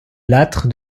lattre